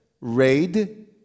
raid